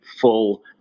full